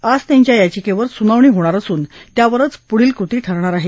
आज त्यांच्या याचिकेवर सुनावणी होणार असुनत्यावरंच पुढील कृती ठरणार आहे